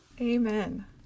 Amen